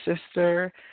sister